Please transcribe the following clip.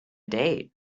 date